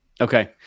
Okay